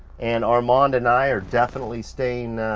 and armand and i are definitely staying